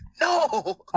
No